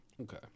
okay